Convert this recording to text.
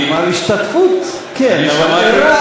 כלומר, השתתפות, כן, אבל ערה?